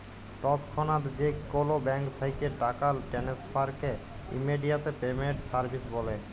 তৎক্ষনাৎ যে কোলো ব্যাংক থ্যাকে টাকা টেনেসফারকে ইমেডিয়াতে পেমেন্ট সার্ভিস ব্যলে